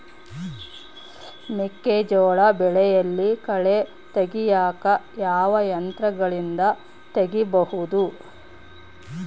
ಮೆಕ್ಕೆಜೋಳ ಬೆಳೆಯಲ್ಲಿ ಕಳೆ ತೆಗಿಯಾಕ ಯಾವ ಯಂತ್ರಗಳಿಂದ ತೆಗಿಬಹುದು?